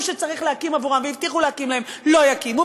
שצריך להקים עבורם והבטיחו להקים להם לא יקימו.